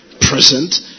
present